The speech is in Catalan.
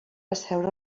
asseure